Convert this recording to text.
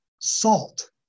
salt